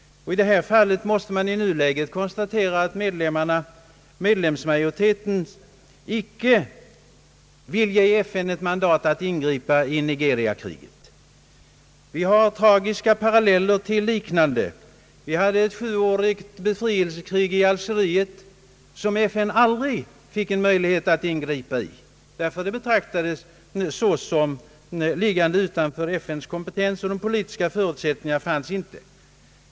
Därför måste man i nuläget konstatera att majoriteten av medlemmarna icke vill ge FN mandat att ingripa i Nigeriakriget. Det finns tragiska paralleller till detta. FN fick aldrig möjlighet att ingripa i det sjuåriga befrielsekriget i Algeriet, ty det betraktades som liggande utanför FN:s kompetens. De politiska förutsättningarna fanns inte.